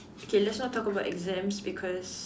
okay let's not talk about exams because